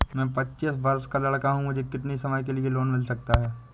मैं पच्चीस वर्ष का लड़का हूँ मुझे कितनी समय के लिए लोन मिल सकता है?